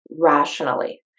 rationally